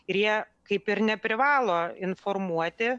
ir jie kaip ir neprivalo informuoti